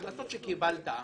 להחלטות שקיבלת.